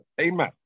Amen